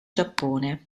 giappone